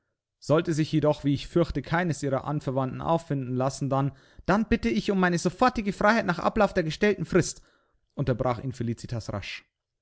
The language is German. sollte sich jedoch wie ich fürchte keines ihrer anverwandten auffinden lassen dann dann bitte ich um meine sofortige freiheit nach ablauf der gestellten frist unterbrach ihn felicitas rasch